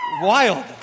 Wild